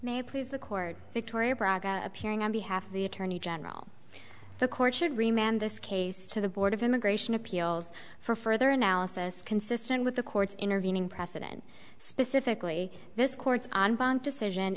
may please the court victoria braga appearing on behalf of the attorney general the court should remain and this case to the board of immigration appeals for further analysis consistent with the court's intervening precedent specifically this court's on bond decision